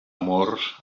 amors